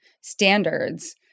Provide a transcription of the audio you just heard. standards